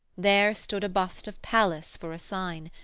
there stood a bust of pallas for a sign,